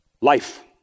Life